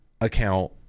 account